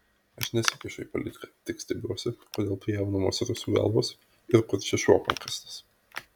aš nesikišu į politiką tik stebiuosi kodėl pjaunamos rusų galvos ir kur čia šuo pakastas